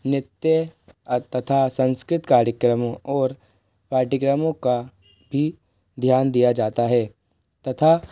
नित्य तथा संस्कृतिक कार्यक्रमों और पाठ्यक्रमों का भी ध्यान दिया जाता है तथा